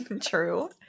True